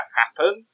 happen